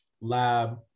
lab